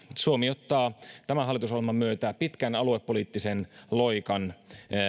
suomi ottaa tämän hallitusohjelman myötä pitkän aluepoliittisen loikan